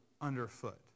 underfoot